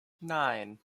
nine